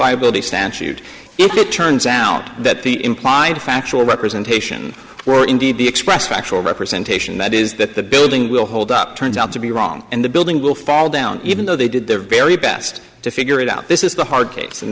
liability statute if it turns out that the implied factual representation or indeed the express factual representation that is that the building will hold up turns out to be wrong and the building will fall down even though they did their very best to figure it out this is the hard case and